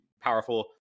powerful